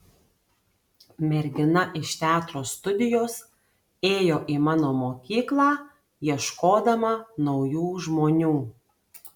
mergina iš teatro studijos ėjo į mano mokyklą ieškodama naujų žmonių